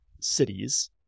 cities